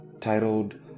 titled